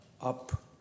up